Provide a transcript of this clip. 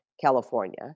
California